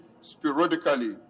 sporadically